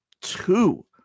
Two